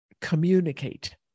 communicate